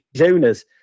owners